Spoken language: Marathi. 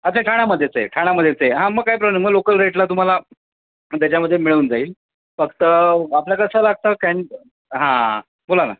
अच्छा ठाणामध्येच आहे ठाणामध्येच आहे हां मग काही प्रॉब्लेम मग लोकल रेटला तुम्हाला त्याच्यामध्ये मिळून जाईल फक्त आपल्या कसं लागतं कॅन हां बोला ना